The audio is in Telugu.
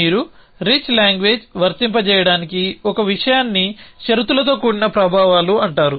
మీరు రిచ్ లాంగ్వేజ్ వర్తింపజేయడానికి ఒక విషయాన్ని షరతులతో కూడిన ప్రభావాలు అంటారు